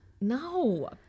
No